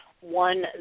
one